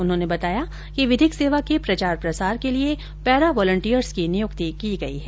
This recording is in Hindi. उन्होंने बताया कि विधिक सेवा के प्रचार प्रसार के लिये पैरा वोलन्टियर्स की नियुक्ति की गई है